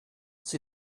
sie